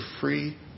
free